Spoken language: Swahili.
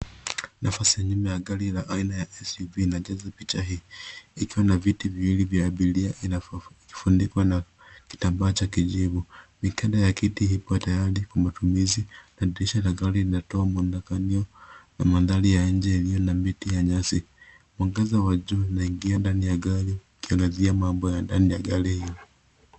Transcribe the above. Nafasi ya nyuma ya gari la aina ya SUV inajaza picha hii, ikiwa na viti viwili vya abiria iliyofunikwa na kitambaa cha kijivu. Mikanda ya kiti ipo tayari kwa matumizi na dirisha la gari linatoa muonekano wa mandhari ya nje iliyo na miti na nyasi. Mwangaza wa jua unaingia ndani ya gari ukiangazia mambo ya ndani ya gari hilo.